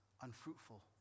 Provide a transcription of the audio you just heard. unfruitful